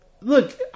Look